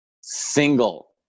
single